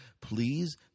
Please